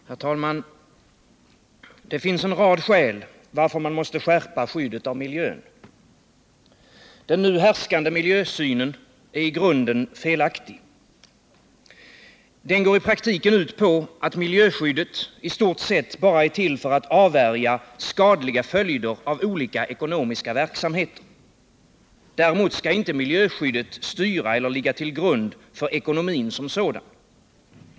Herr talman! Det finns en rad skäl till att man måste skärpa skyddet av miljön. Den nu härskande miljösynen är i grunden felaktig. Den går i praktiken ut på att miljöskyddet i stort sett bara är till för att avvärja skadliga följder av olika ekonomiska verksamheter. Däremot skall inte miljöskyddet styra eller ligga till grund för ekonomin som sådan.